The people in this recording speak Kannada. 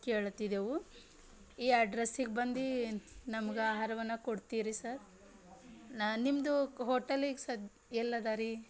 ಕೇಳತ್ತಿದೆವು ಈ ಅಡ್ರೆಸ್ಸಿಗೆ ಬಂದು ನಮ್ಗೆ ಆಹಾರವನ್ನು ಕೊಡ್ತೀರಿ ಸರ್ ನಾನು ನಿಮ್ಮದು ಹೋಟಲ್ ಈಗ ಸದ್ದು ಎಲ್ಲದರೀ